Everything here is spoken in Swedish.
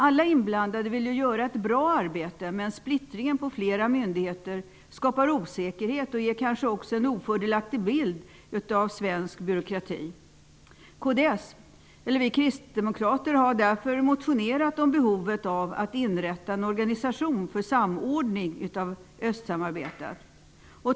Alla inblandade vill göra ett bra arbete, men splittringen på flera myndigheter skapar osäkerhet och ger kanske också en ofördelaktig bild av svensk byråkrati. Vi kristdemokrater har därför motionerat om behovet av att inrätta en organisation för samordning av östsamarbetet.